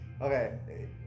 Okay